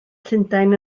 llundain